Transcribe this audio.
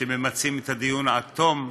ממצים את הדיון עד תום,